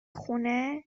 خونه